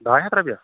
ڈاے ہَتھ رۄپیہِ